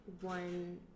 one